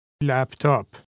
Laptop